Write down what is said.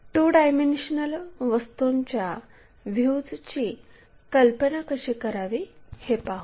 2 dimensional वस्तूंच्या व्ह्यूजची कल्पना कशी करावी हे पाहू